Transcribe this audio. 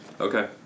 Okay